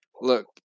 Look